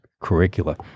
curricula